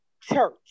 church